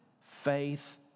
faith